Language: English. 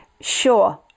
sure